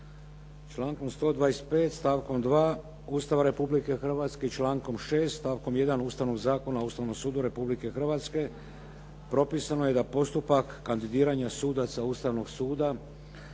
Člankom 125. stavkom 2. Ustava Republike Hrvatske i člankom 6. stavkom 1. Ustavnog zakona o Ustavnom sudu Republike Hrvatske propisano je da postupak kandidiranja sudaca Ustavnog suda